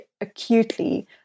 acutely